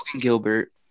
Gilbert